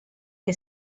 che